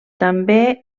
també